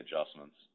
adjustments